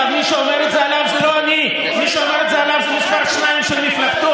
מי שריסק במו ידיו את מחנה הימין